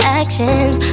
actions